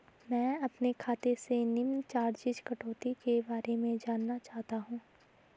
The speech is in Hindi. मैं अपने खाते से निम्न चार्जिज़ कटौती के बारे में जानना चाहता हूँ?